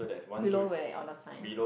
below where on a sign